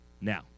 Now